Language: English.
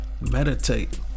meditate